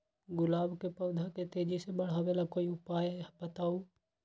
गुलाब के पौधा के तेजी से बढ़ावे ला कोई उपाये बताउ?